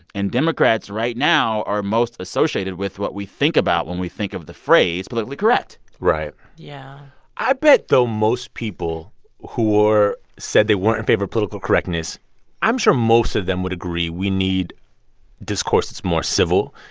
and democrats right now are most associated with what we think about when we think of the phrase politically correct right yeah i bet, though, most people who're said they weren't in favor of political correctness i'm sure most of them would agree we need discourse that's more civil.